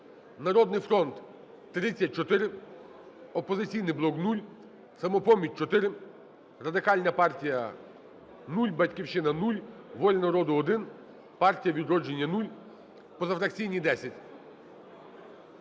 "Народний фронт" – 34, "Опозиційний блок" – 0, "Самопоміч" – 4, Радикальна партія – 0, "Батьківщина" – 0, "Воля народу" – 1, "Партія "Відродження" – 0, позафракційні – 10.